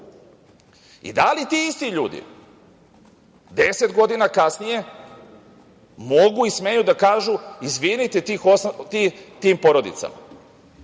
Da li ti isti ljudi 10 godina kasnije mogu i smeju da kažu izvinite tim porodicama? Podsetiću